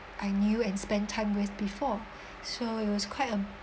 I knew and spent time with before so it was quite a